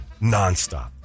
nonstop